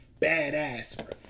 badass